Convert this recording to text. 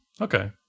Okay